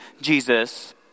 Jesus